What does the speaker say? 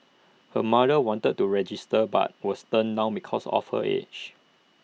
her mother wanted to register but was turned down because of her age